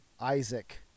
isaac